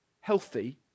healthy